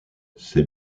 ses